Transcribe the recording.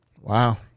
Wow